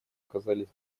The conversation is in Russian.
оказались